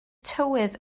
tywydd